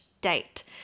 date